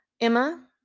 Emma